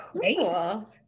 cool